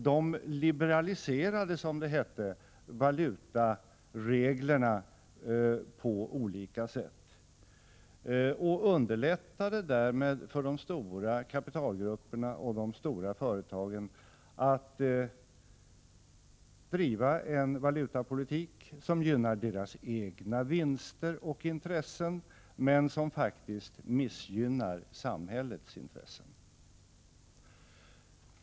De liberaliserade, som det hette, valutareglerna på olika sätt och underlättade därmed för de stora kapitalgrupperna och de stora företagen att driva en valutapolitik som gynnar deras egna vinster och intressen men som faktiskt missgynnar samhällets intressen.